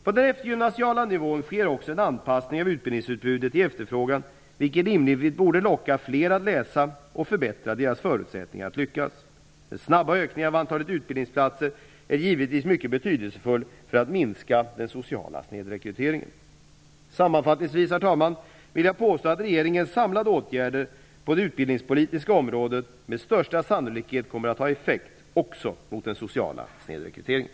På den eftergymnasiala nivån sker också en anpassning av utbildningsutbudet till efterfrågan, vilket rimligen borde locka fler att både läsa och förbättra deras förutsättningar att lyckas. Den snabba ökningen av antalet utbildningsplatser är givetvis mycket betydelsefull för att minska den sociala snedrekryteringen. Sammanfattningsvis vill jag påstå att regeringens samlade åtgärder på det utbildningspolitiska området med största sannolikhet kommer att ha effekt också mot den sociala snedrekryteringen.